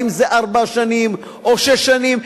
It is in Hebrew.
ואם זה ארבע שנים או שש שנים.